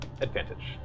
advantage